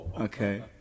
Okay